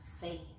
faith